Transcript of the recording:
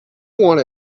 want